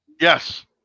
Yes